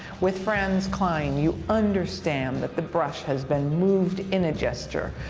with franz kline, you understand that the brush has been moved in a gesture.